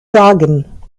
sagen